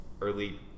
early